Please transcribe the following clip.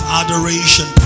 adoration